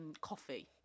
coffee